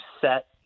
set